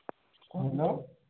hello